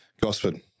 Gosford